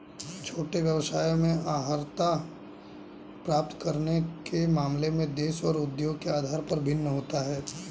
छोटे व्यवसायों में अर्हता प्राप्त करने के मामले में देश और उद्योग के आधार पर भिन्न होता है